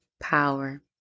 power